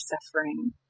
suffering